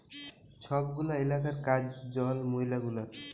ছব গুলা ইলাকার কাজ জল, ময়লা গুলার